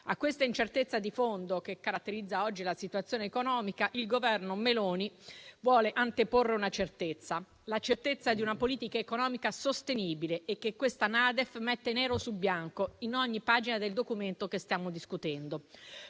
A questa incertezza di fondo, che caratterizza oggi la situazione economica, il Governo Meloni vuole anteporre una certezza: la certezza di una politica economica sostenibile, che questa NADEF mette nero su bianco in ogni pagina del Documento che stiamo discutendo;